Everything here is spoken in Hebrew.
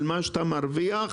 על מה שאתה מרוויח.